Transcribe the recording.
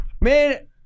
man